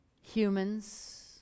humans